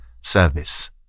service